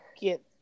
get